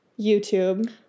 YouTube